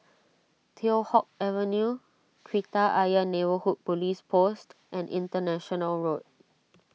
Teow Hock Avenue Kreta Ayer Neighbourhood Police Post and International Road